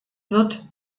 wird